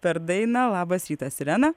per dainą labas rytas irena